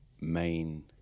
main